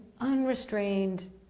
unrestrained